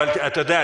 אתה יודע,